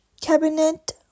Cabinet